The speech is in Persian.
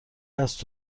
هست